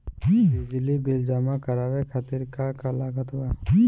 बिजली बिल जमा करावे खातिर का का लागत बा?